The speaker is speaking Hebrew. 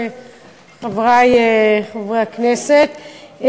חברי חברי הכנסת,